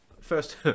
first